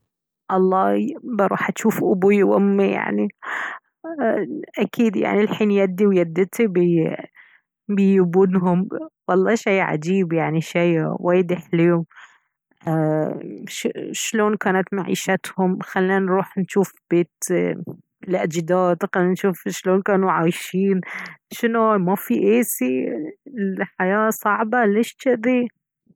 الله بروح أشوف أبوي وأمي يعني أكيد يعني الحين يدي ويدتي بيبونهم والله شي عجيب يعني شي وايد حلو شلون كانت معيشتهم خله نروح نشوف بيت الأجداد خله نشوف شلون كانوا عايشين شنو ما في إيسي الحياة صعبة ليش جذي